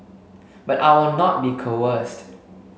but I will not be coerced